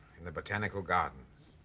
in the botanical gardens.